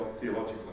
theologically